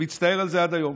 אני מצטער על זה עד היום.